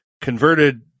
converted